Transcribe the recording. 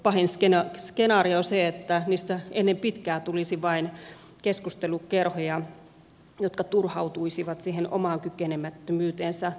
pahin skenaario on se että niistä ennen pitkää tulisi vain keskustelukerhoja jotka turhautuisivat siihen omaan kykenemättömyyteensä tosiasiallisesti vaikuttaa asioihin